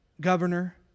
governor